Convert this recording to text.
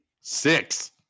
Six